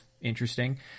interesting